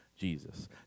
Jesus